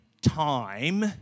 time